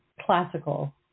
classical